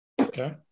Okay